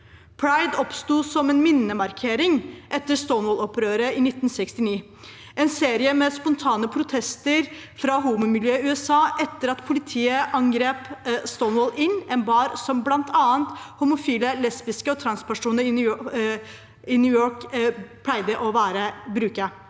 Pride oppsto som en minnemarkering etter Stonewall-opprøret i 1969, en serie med spontane protester fra homomiljøet i USA etter at politiet angrep The Stonewall Inn, en bar som bl.a. homofile, lesbiske og transpersoner i New York pleide å bruke.